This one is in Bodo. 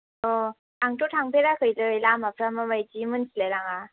अ आंथ' थांफेराखैलै लामाफोरा माबायदि मिन्थिलाय लाङा